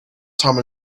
time